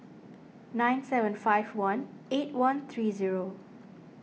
nine seven five one eight one three zero